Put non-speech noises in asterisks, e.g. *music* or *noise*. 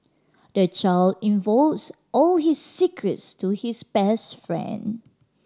the child *unintelligible* all his secrets to his best friend